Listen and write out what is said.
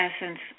essence